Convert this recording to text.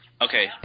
Okay